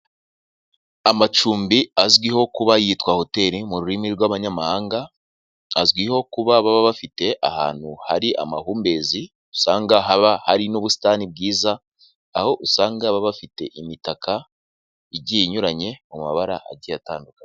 Amacumbi azwiho kuba yitwa hoteli mu rurimi rw'abanyamahanga azwiho kuba baba bafite ahantu hari amahumbezi usanga haba hari n'ubusitani bwiza aho usanga baba bafite imitaka igiye inyuranye mu mabara agiye atandukanye.